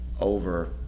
over